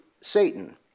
Satan